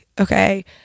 Okay